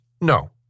no